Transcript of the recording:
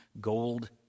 Gold